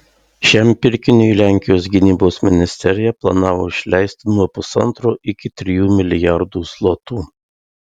šiam pirkiniui lenkijos gynybos ministerija planavo išleisti nuo pusantro iki trijų milijardų zlotų